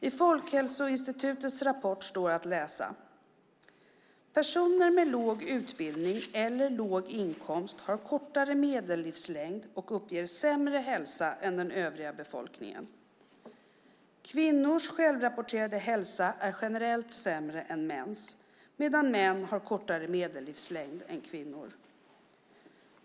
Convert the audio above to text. I Folkhälsoinstitutets rapport står att läsa: "Personer med låg utbildning eller låg inkomst har kortare medellivslängd och uppger sämre hälsa än den övriga befolkningen. Kvinnors självrapporterade hälsa är generellt sämre än mäns, medan män har kortare medellivslängd än kvinnor.